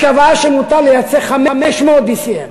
היא קבעה שמותר לייצא 500 BCM,